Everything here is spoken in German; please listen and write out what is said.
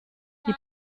die